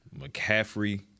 McCaffrey